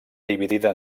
dividida